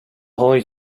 holy